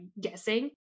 guessing